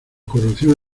corrupción